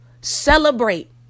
Celebrate